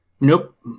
Nope